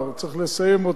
צריך לסיים אותו,